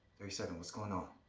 thirty seven, what's going on?